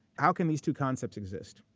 how can these two concepts exist?